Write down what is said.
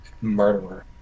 murderer